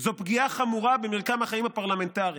זו פגיעה חמורה במרקם החיים הפרלמנטריים.